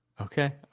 Okay